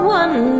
one